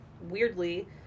Weirdly